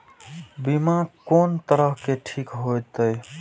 बीमा कोन तरह के ठीक होते?